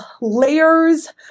layers